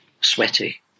sweaty